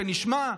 שנשמע?